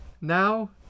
now